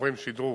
עוברים שדרוג.